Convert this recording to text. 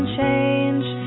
change